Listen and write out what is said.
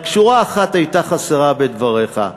רק שורה אחת הייתה חסרה בדבריך,